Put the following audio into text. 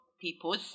peoples